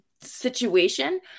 situation